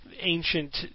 ancient